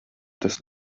tas